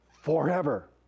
forever